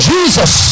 Jesus